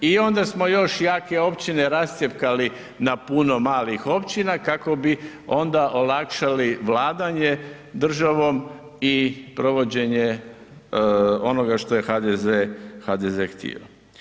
I onda smo još jake općine rascjepkali na puno malih općina kako bi onda olakšali vladanje državom i provođenje onoga što je HDZ htio.